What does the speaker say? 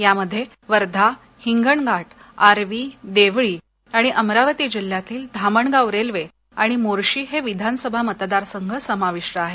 यामध्ये वर्धा हिंगणघाट आर्वी देवळी आणि अमरावती जिल्ह्यातील धामणगाव रेल्वे आणि मोर्शी हे विधानसभा मतदार संघ समाविष्ट आहेत